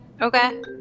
Okay